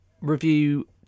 review